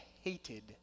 hated